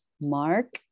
Mark